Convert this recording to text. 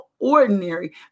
ordinary